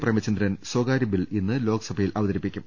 പ്രേമചന്ദ്രൻ സ്വകാര്യ ബിൽ ഇന്ന് ലോക്സഭയിൽ അവതരിപ്പിക്കും